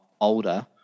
older